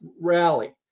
rally